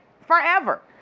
forever